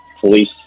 police